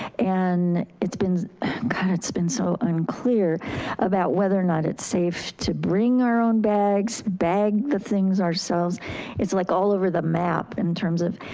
and it's been kind of it's been so unclear about whether or not it's safe to bring our own bags, bag the things ourselves it's like all over the map in terms of,